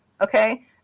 okay